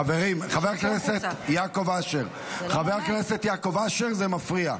חבר הכנסת יעקב אשר, זה מפריע.